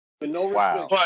Wow